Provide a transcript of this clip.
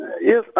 Yes